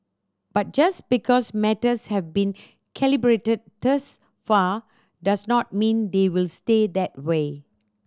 but just because matters have been calibrated thus far does not mean they will stay that way